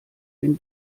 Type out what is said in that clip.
den